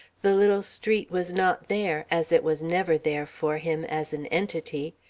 the little street was not there, as it was never there for him, as an entity.